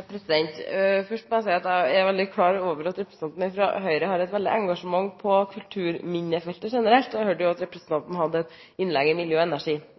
Først må jeg si at jeg er veldig klar over at representanten fra Høyre har et veldig engasjement på kulturminnefeltet generelt. Jeg hørte jo at representanten hadde et innlegg i energi- og